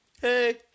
Hey